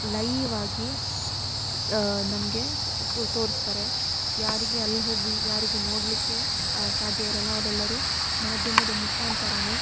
ಲೈವಾಗಿ ನಮಗೆ ತೋರಿಸ್ತಾರೆ ಯಾರಿಗೆ ಅಲ್ಲಿ ಹೋಗಿ ಯಾರಿಗೆ ನೋಡಲಿಕ್ಕೆ ಸಾಧ್ಯ ಇರೋಲ್ಲ ಅವರೆಲ್ಲರೂ ಮಾಧ್ಯಮದ ಮುಖಾಂತರವೇ